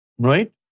Right